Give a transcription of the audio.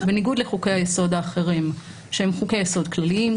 בניגוד לחוקי-היסוד האחרים שהם חוקי-יסוד כלליים,